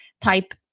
type